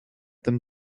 them